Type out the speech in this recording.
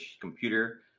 computer